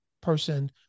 person